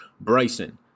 bryson